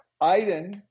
Iden